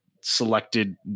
selected